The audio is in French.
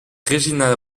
regina